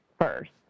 first